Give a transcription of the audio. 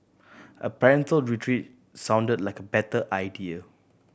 a parental retreat sounded like a better idea